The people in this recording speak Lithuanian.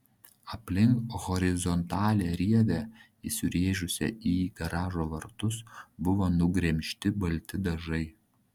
aplink horizontalią rievę įsirėžusią į garažo vartus buvo nugremžti balti dažai